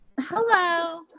Hello